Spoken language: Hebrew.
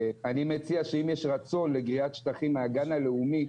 אני מציע שאם יש רצון לגריעת שטחים מהגן הלאומי,